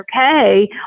okay